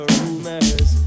rumors